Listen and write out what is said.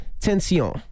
Tension